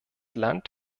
land